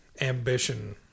ambition